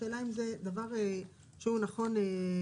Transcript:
השאלה אם זה דבר שהוא נכון לעשות.